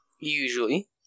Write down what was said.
Usually